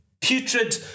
putrid